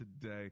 today